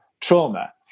Trauma